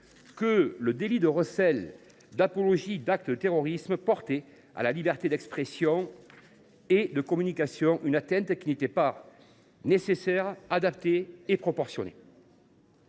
que « le délit de recel d’apologie d’actes de terrorisme port[ait] à la liberté d’expression et de communication une atteinte qui n’[était] pas nécessaire, adaptée et proportionnée